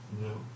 No